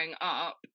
up